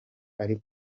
ari